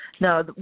No